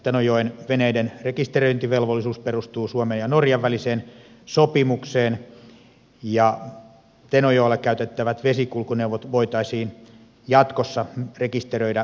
tenojoen veneiden rekisteröintivelvollisuus perustuu suomen ja norjan väliseen sopimukseen ja tenojoella käytettävät vesikulkuneuvot voitaisiin jatkossa rekisteröidä vesikulkuneuvorekisteriin